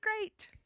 great